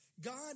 God